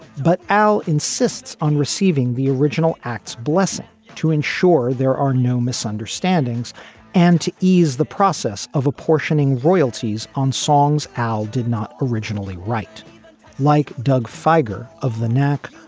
but now insists on receiving the original act's blessing to ensure there are no misunderstandings and to ease the process of apportioning royalties on songs. al did not originally write like doug fager of the neck.